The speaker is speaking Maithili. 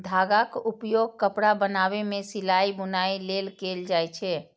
धागाक उपयोग कपड़ा बनाबै मे सिलाइ, बुनाइ लेल कैल जाए छै